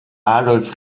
adolf